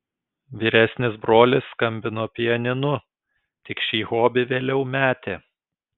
vyresnis brolis skambino pianinu tik šį hobį vėliau metė